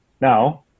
Now